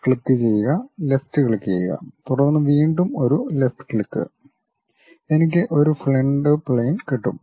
ക്ലിക്കുചെയ്യുക ലെഫ്റ്റ് ക്ലിക്കുചെയ്യുക തുടർന്ന് വീണ്ടും ഒരു ലെഫ്റ്റ് ക്ലിക്ക് എനിക്ക് ഒരു ഫ്രണ്ട് പ്ളെയിൻ കിട്ടും